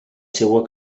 seua